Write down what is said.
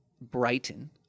Brighton